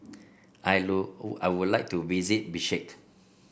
I I would like to visit Bishkek